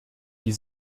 die